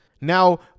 Now